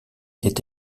est